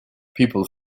people